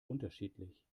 unterschiedlich